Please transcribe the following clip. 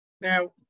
Now